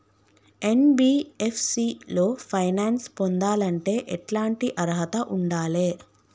NBFC లో finance పొందాలంటే ఎట్లాంటి అర్హత ఉండాలే?